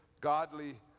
Godly